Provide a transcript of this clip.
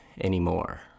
anymore